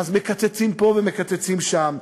ואז מקצצים פה ומקצצים שם.